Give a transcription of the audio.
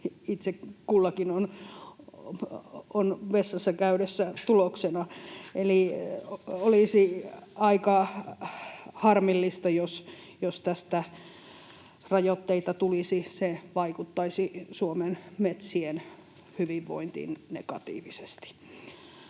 itse kullakin on vessassa käydessään tuloksena. Eli olisi aika harmillista, jos tästä rajoitteita tulisi. Se vaikuttaisi Suomen metsien hyvinvointiin negatiivisesti.